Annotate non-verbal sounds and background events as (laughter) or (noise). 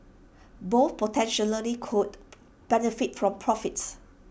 both potential (unintelligible) could benefit from profits